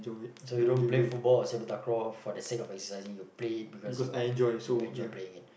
so you don't play football or sepak-takraw for the sake of exercising you play it because you you enjoy playing it